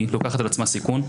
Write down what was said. היא לוקחת על עצמה סיכון,